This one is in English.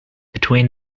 between